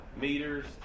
meters